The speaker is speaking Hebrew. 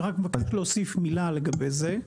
רק להוסיף מילה לגבי זה.